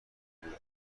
بوده